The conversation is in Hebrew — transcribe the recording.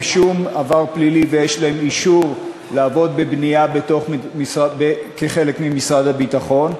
שום עבר פלילי ויש להם אישור לעבוד בבנייה ממשרד הביטחון.